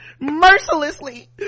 mercilessly